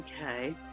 Okay